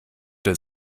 der